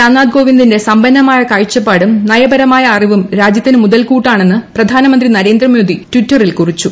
രാംനാഥ് കോവിന്ദിന്റെ സമ്പന്നമായ കാഴ്ചപ്പാടും നയപരമായ അറിവും രാജ്യത്തിന് മുതൽകൂട്ടാണെന്ന് പ്രധാനമന്ത്രി നരേന്ദ്ര മോദി ട്വിറ്ററിൽ കുറിച്ചു